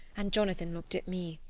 and jonathan looked at me.